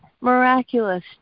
miraculous